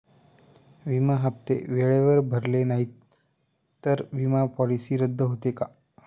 विमा हप्ते वेळेवर भरले नाहीत, तर विमा पॉलिसी रद्द होते का?